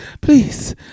please